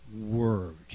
word